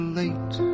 late